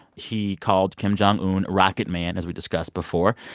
he called kim jong un rocket man, as we discussed before.